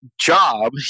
job